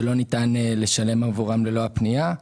שלא ניתן לשלם עבורם ללא הפנייה.